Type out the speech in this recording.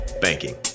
banking